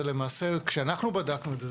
כשאנחנו בדקנו את זה,